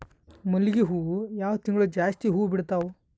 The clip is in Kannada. ಮಲ್ಲಿಗಿ ಹೂವು ಯಾವ ತಿಂಗಳು ಜಾಸ್ತಿ ಹೂವು ಬಿಡ್ತಾವು?